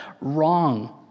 wrong